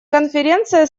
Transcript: конференция